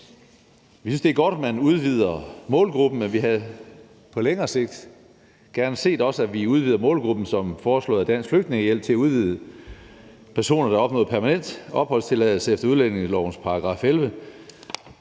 Vi synes, at det er godt, at man udvider målgruppen, men vi havde også gerne set, at vi på længere sigt udvider målgruppen som foreslået af Dansk Flygtningehjælp til at gælde personer, der har opnået permanent opholdstilladelse efter udlændingelovens § 11.